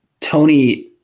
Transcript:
Tony